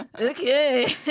Okay